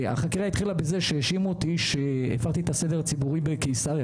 החקירה התחילה עם זה שהאשימו אותי שהפרתי את הסדר הציבורי בקיסריה,